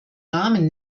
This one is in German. namen